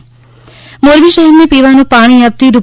ત મોરબી શહેરને પીવાનું પાણી આપતી રૂ